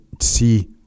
see